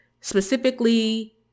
specifically